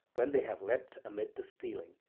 when they have leapt amid the steading,